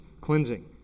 cleansing